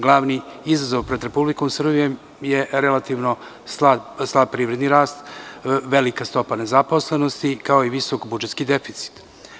Glavni izazov pred Republikom Srbijom je relativno slab privredni rast, velika stopa nezaposlenosti, kao i visok budžetski deficit.